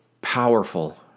powerful